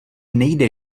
nejde